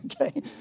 okay